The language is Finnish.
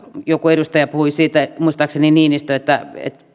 joku edustaja puhui siitä muistaakseni niinistö että